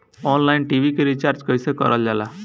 Online TV के recharge कईसे करल जाला?